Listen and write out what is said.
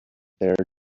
there